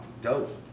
Dope